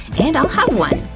and i'll have one!